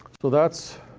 so that's.